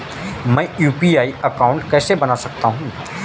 मैं UPI account कैसे बना सकता हूं?